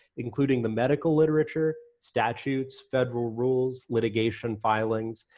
including the medical literature, statutes, federal rules, litigation filings,